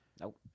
Nope